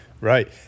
Right